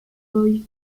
boy